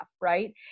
right